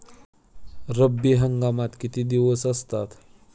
रब्बी हंगामात किती दिवस असतात?